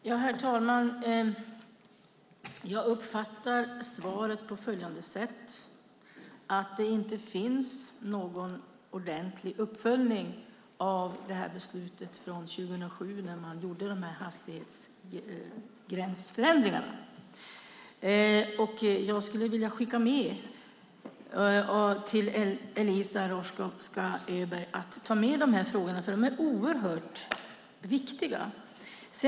Herr talman! Jag uppfattar svaret på följande sätt: Det finns inte någon ordentlig uppföljning av beslutet från 2007, när man gjorde de här förändringarna av hastighetsgränserna. Jag skulle vilja skicka med Eliza Roszkowska Öberg de här frågorna, för de är oerhört viktiga.